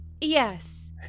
Yes